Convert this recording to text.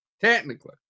Technically